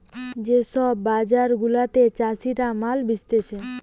যে সব বাজার গুলাতে চাষীরা মাল বেচতিছে